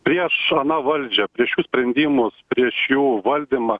prieš aną valdžią prieš jų sprendimus prieš jų valdymą